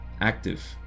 active